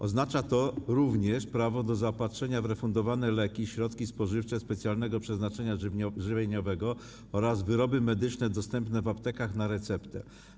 Oznacza to również prawo do zaopatrzenia w refundowane leki, środki spożywcze specjalnego przeznaczenia żywieniowego oraz wyroby medyczne dostępne w aptekach na receptę.